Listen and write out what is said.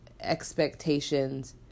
expectations